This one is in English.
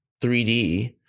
3D